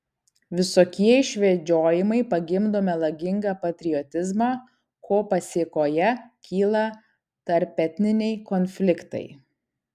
visokie išvedžiojimai pagimdo melagingą patriotizmą ko pasėkoje kyla tarpetniniai konfliktai